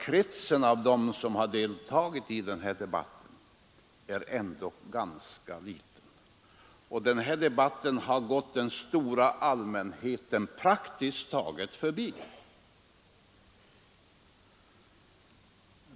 Kretsen av dem som har deltagit i den är ändock ganska liten, och den här debatten har gått den stora allmänheten praktiskt taget helt förbi.